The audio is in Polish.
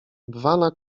bwana